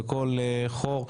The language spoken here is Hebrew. בכל חור,